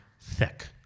thick